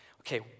Okay